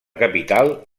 capital